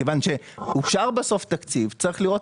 מכיוון שאושר בסוף תקציב וצריך לראות